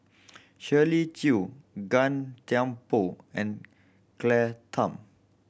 Shirley Chew Gan Thiam Poh and Claire Tham